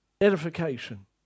edification